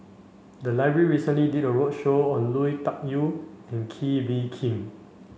the library recently did a roadshow on Lui Tuck Yew and Kee Bee Khim